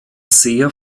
sehr